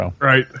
Right